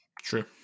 True